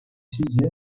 sizce